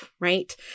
Right